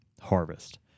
harvest